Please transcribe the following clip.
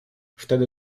wtedy